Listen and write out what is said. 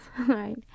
right